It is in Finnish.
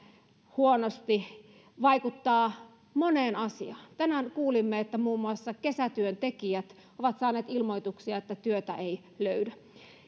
huonosti vaikuttaa moneen asiaan tänään kuulimme että muun muassa kesätyöntekijät ovat saaneet ilmoituksia että työtä ei löydy